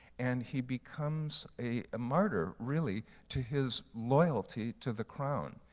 and he becomes a ah martyr, really, to his loyalty to the crown.